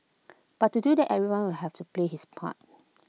but to do that everyone will have to play his part